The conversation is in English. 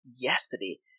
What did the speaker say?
yesterday